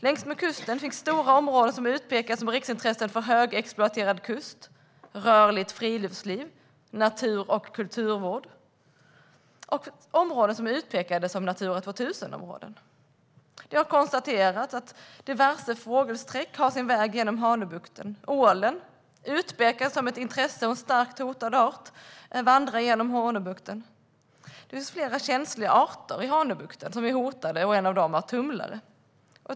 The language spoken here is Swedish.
Längs kusten finns stora områden som utpekas som riksintressen för högexploaterad kust, rörligt friluftsliv och natur och kulturvård samt områden som är utpekade som Natura 2000-områden. Det har konstaterats att diverse fågelsträck har sin väg genom Hanöbukten. Ålen utpekas som ett intresse och en starkt hotad art. Den vandrar genom Hanöbukten. Det finns flera känsliga arter i Hanöbukten som är hotade. En av dem är tumlare.